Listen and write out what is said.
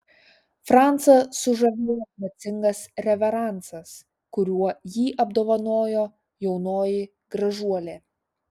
francą sužavėjo gracingas reveransas kuriuo jį apdovanojo jaunoji gražuolė